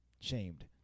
Shamed